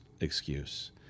excuse